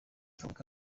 kaboneka